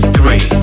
three